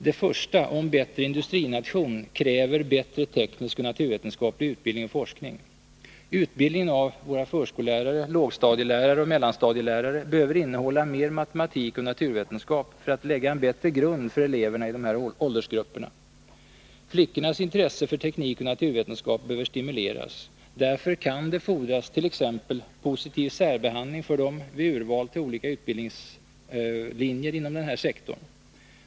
Det första, en bättre industrination, kräver bättre teknisk och naturvetenskaplig utbildning och forskning. Utbildningen av förskollärare, lågstadielärare och mellanstadielärare behöver innehålla mer matematik och naturvetenskap för att man skall kunna lägga en bättre grund för eleverna i dessa åldersgrupper. Flickornas intresse för teknik och naturvetenskap behöver stimuleras. Därför kan det fordras t.ex. positiv särbehandling för dem vid urval till olika utbildningslinjer inom denna sektor.